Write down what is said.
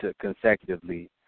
consecutively